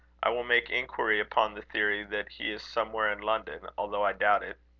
i will make inquiry upon the theory that he is somewhere in london, although i doubt it.